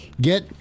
Get